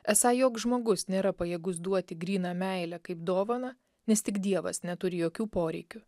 esą joks žmogus nėra pajėgus duoti gryną meilę kaip dovaną nes tik dievas neturi jokių poreikių